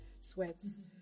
Sweats